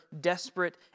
desperate